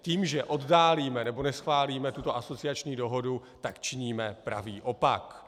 Tím, že oddálíme nebo neschválíme tuto asociační dohodu, tak činíme pravý opak.